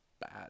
bad